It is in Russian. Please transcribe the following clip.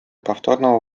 повторного